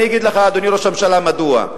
אני אגיד לך, אדוני ראש הממשלה, מדוע.